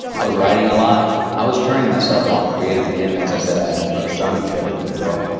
i was writing a lot. i was turning myself on creatively and as i said, i had my first son to shepard into the world.